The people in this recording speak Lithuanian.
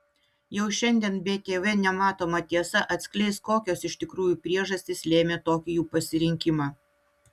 jau šiandien btv nematoma tiesa atskleis kokios iš tikrųjų priežastys lėmė tokį jų pasirinkimą